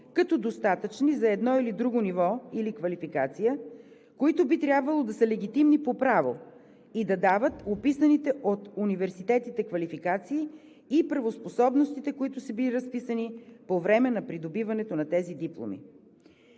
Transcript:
като достатъчни за едно или друго ниво или квалификация, които би трябвало да са легитимни по право и да дават описаните от университетите квалификации и правоспособностите, които са били разписани по време на придобиването на тези дипломи.